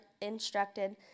instructed